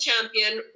champion